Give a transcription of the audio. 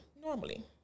normally